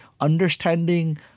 Understanding